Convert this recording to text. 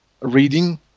reading